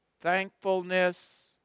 thankfulness